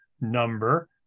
number